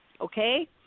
okay